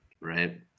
right